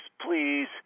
please